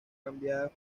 cambiadas